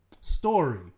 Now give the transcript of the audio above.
story